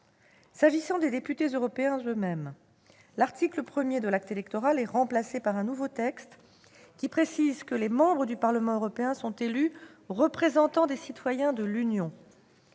S'agissant des députés européens eux-mêmes, l'article 1 de l'acte électoral est remplacé par un nouveau texte, qui précise que les membres du Parlement européen sont élus « représentants des citoyens de l'Union